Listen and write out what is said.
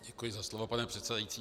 Děkuji za slovo, pane předsedající.